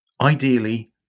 ideally